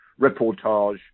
reportage